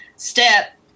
step